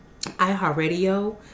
iHeartRadio